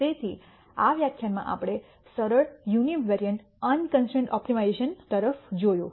તેથી આ વ્યાખ્યાનમાં આપણે સરળ યુનિવેરિએંટ અનકન્સ્ટ્રૈન્ટ ઓપ્ટિમાઇઝેશન તરફ જોયું